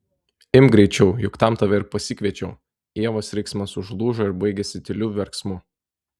imk greičiau juk tam tave ir pasikviečiau ievos riksmas užlūžo ir baigėsi tyliu verksmu